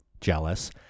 jealous